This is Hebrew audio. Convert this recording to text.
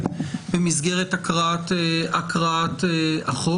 על כל הצרות זה עלול לקרות פעם.